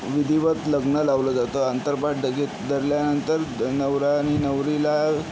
विधिवत लग्न लावलं जातं अंतरपाट लगेच धरल्यानंतर नवरा आणि नवरीला